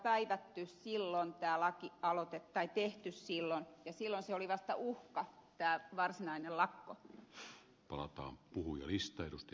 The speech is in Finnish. tämä lakialoite on tehty silloin ja silloin tämä varsinainen lakko oli vasta uhka